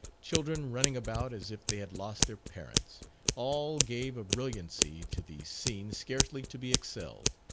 children running about as if they had lost their parents all gave a brilliancy to the scene scarcely to be excelled.